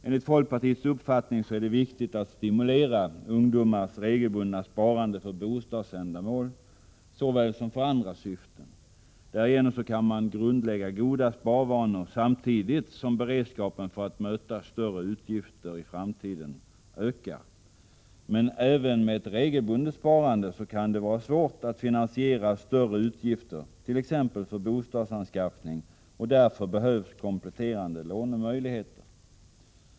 Enligt folkpartiets uppfattning är det viktigt att stimulera ungdomars regelbundna sparande för bostadsändamål såväl som för andra syften. Därigenom grundläggs goda sparvanor, samtidigt som beredskapen för att möta större utgifter i framtiden ökar. Men även med ett regelbundet sparande kan det vara svårt att finansiera stora utgifter, t.ex. bostadsanskaffning. Därför behövs kompletterande lånemöjligheter.